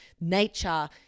nature